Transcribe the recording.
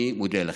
אני מודה לכם.